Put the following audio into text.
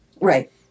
right